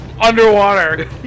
Underwater